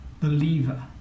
believer